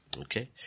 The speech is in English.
Okay